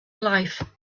life